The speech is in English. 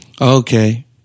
Okay